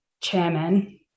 chairman